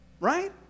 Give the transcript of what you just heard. right